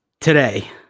Today